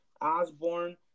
Osborne